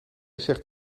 zegt